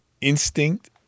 instinct